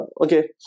okay